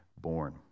born